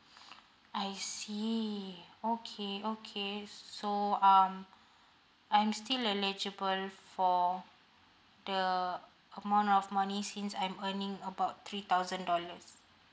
I see okay okay so um I'm still eligible for the amount of money since I'm earning about three thousand dollars